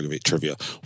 trivia